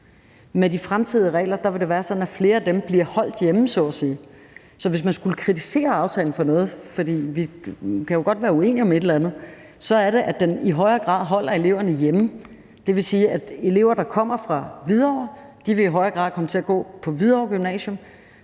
Med de fremtidige regler vil det være sådan, at flere af dem bliver holdt hjemme, så at sige. Så hvis man skulle kritisere aftalen for noget, for vi kan jo godt være uenige om et eller andet, så er det, at den i højere grad holder eleverne hjemme. Det vil sige, at elever, der kommer fra Hvidovre, i højere grad vil komme til at gå på Hvidovre Gymnasium,